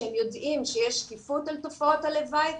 שהם יודעים שיש שקיפות על תופעות הלוואי,